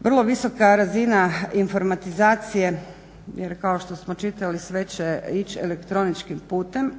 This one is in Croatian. vrlo visoka razina informatizacije jer kao što smo čitali sve će ići elektroničkim putem.